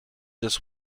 this